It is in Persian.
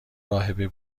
راهبی